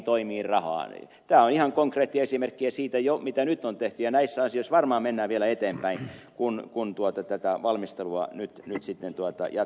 tämä on ihan konkreettinen esimerkki siitä jo mitä nyt on tehty ja näissä asioissa varmaan mennään vielä eteenpäin kun tätä valmistelua nyt sitten jatketaan